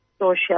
social